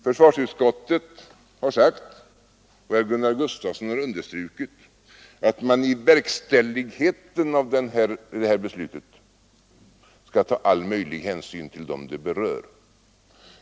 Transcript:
Försvarsutskottet har framhållit — och herr Gustafsson har understrukit det — att man vid verkställigheten av detta beslut skall ta all möjlig hänsyn till dem det berör.